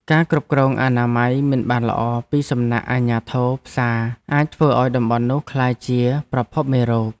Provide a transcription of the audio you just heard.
ការគ្រប់គ្រងអនាម័យមិនបានល្អពីសំណាក់អាជ្ញាធរផ្សារអាចធ្វើឱ្យតំបន់នោះក្លាយជាប្រភពមេរោគ។